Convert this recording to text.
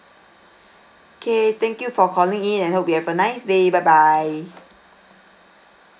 K thank you for calling in and hope you have a nice day bye bye